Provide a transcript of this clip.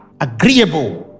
agreeable